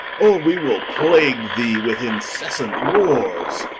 or we will plague thee with incessant warres